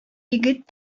егет